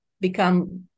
become